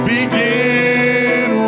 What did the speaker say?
Begin